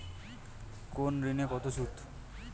কোন ঋণে কত সুদ?